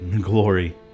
glory